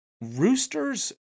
Roosters